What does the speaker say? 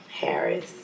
Harris